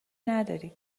نداری